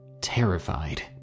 terrified